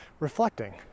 Reflecting